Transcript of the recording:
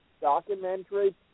documentary